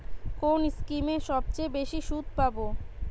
কোন স্কিমে সবচেয়ে বেশি সুদ পাব?